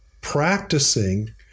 practicing